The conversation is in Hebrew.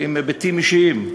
עם היבטים אישיים,